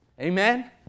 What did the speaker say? Amen